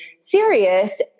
serious